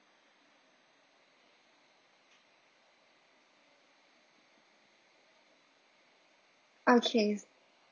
okay